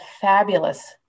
fabulous